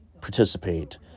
participate